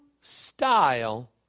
style